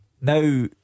Now